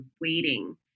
waiting